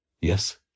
Yes